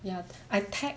ya I tag